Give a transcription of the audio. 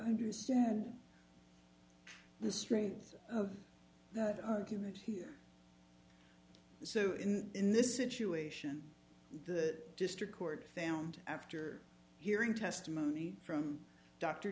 understand the strength of the argument here so in in this situation the district court found after hearing testimony from d